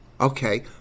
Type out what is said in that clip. Okay